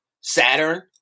Saturn